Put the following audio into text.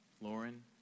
Lauren